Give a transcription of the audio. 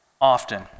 often